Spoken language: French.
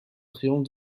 triomphe